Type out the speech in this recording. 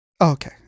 Okay